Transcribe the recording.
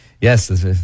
Yes